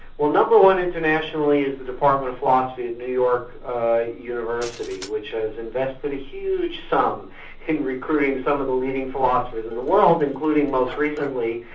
well no. one internationally is the department of philosophy at new york university, which has invested a huge sum in recruiting some of the leading philosophers in the world, including most recently,